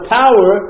power